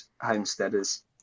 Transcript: homesteaders